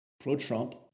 pro-Trump